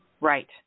right